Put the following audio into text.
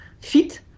fit